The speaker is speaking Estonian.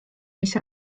mis